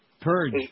Purge